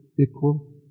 equal